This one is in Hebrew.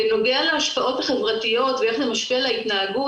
בנוגע להשפעות החברתיות ואיך זה משפיע על ההתנהגות,